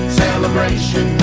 celebration